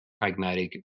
pragmatic